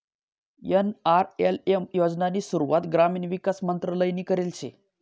NRLM योजनानी सुरुवात ग्रामीण विकास मंत्रालयनी करेल शे